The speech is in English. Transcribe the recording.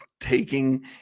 taking